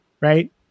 right